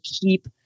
keep